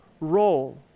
role